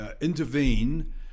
intervene